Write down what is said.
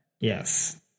Yes